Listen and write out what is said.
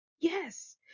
Yes